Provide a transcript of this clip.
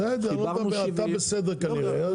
בסדר, עוד פעם, אתה בסדר כנראה.